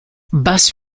bus